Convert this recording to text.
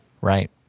right